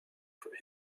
for